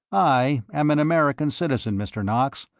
i am an american citizen, mr. knox,